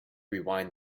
rewind